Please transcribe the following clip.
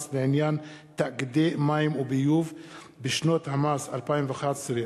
לעניין תאגידי מים וביוב בשנות המס 2011 2015),